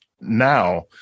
now